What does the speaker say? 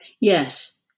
Yes